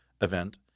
event